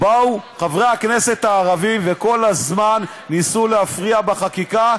שבאו חברי הכנסת הערבים וכל הזמן ניסו להפריע בחקיקה,